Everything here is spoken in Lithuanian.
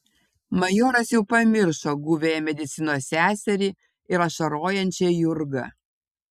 majoras jau pamiršo guviąją medicinos seserį ir ašarojančią jurgą